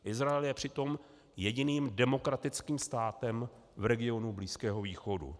Izrael je přitom jediným demokratickým státem v regionu Blízkého východu.